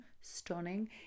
stunning